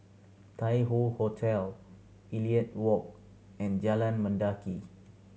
Tai Hoe Hotel Elliot Walk and Jalan Mendaki